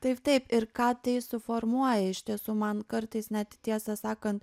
taip taip ir ką tai suformuoja iš tiesų man kartais net tiesą sakant